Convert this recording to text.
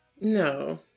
No